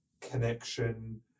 connection